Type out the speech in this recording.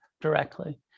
directly